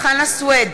חנא סוייד,